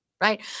right